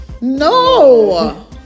No